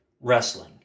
wrestling